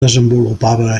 desenvolupava